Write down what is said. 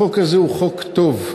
החוק הזה הוא חוק טוב.